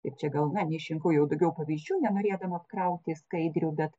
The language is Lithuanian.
ir čia gal na neišrinko jau daugiau pavyzdžių nenorėdama apkrauti skaidriau bet